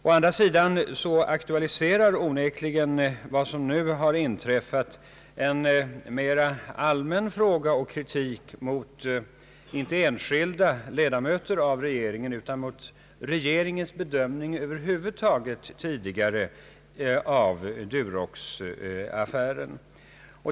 Vad som nu har inträffat aktualiserar verkligen en mera allmän fråga och kritik, inte mot enskilda ledamöter av regeringen utan mot regeringens bedömning över huvud taget tidigare av Duroxaffären.